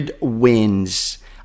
wins